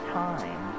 time